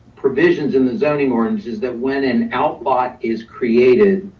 provisions in the zoning orange is that when an out bot is created,